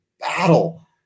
battle